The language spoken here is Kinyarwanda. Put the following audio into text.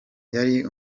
yari